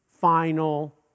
final